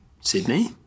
Sydney